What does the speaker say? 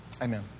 Amen